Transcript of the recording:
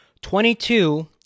Twenty-two